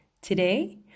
Today